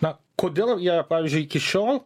na kodėl jie pavyzdžiui iki šiol